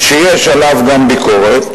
גם ביקורת,